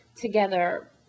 together